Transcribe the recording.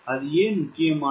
அது ஏன் முக்கியமானது